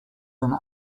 than